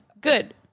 Good